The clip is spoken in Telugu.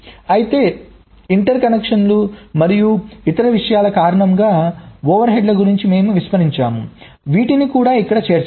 అయితే ఇంటర్కనెక్షన్లు మరియు ఇతర విషయాల కారణంగా ఓవర్హెడ్లను గురించి మేము విస్మరించాము వీటిని కూడా ఇక్కడ చేర్చాలి